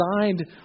designed